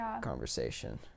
conversation